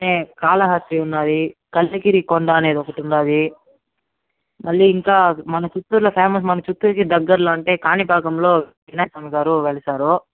నే కాళహస్త్రి ఉన్నాది కంచుగిరి కొండ అనేది ఒకటున్నాది మళ్ళీ ఇంకా మన చిత్తూరులో ఫేమస్ మన చిత్తూరుకి దగ్గరలో అంటే కాణిపాకంలో వినాయక స్వామి గారు వెలిసారు